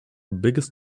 biggest